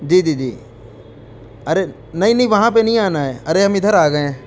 جی جی جی ارے نہیں نہیں وہاں پہ نہیں آنا ہے ارے ہم ادھر آ گئے ہیں